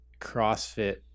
CrossFit